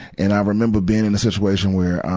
and i remember being in the situation where, um,